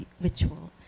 ritual